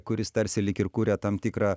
kuris tarsi lyg ir kuria tam tikrą